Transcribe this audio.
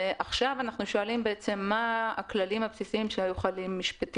עכשיו אנחנו שואלים מה הכללים המשפטיים הבסיסיים שהיו חלים.